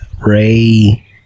Ray